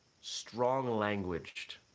strong-languaged